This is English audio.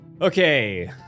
Okay